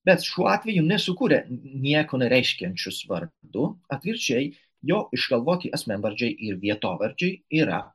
bet šiuo atveju nesukuria nieko nereiškiančius vardų atvirkščiai jo išgalvoti asmenvardžiai ir vietovardžiai yra